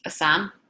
Assam